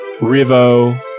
Rivo